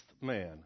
man